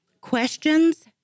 questions